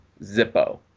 Zippo